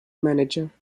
manager